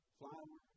flower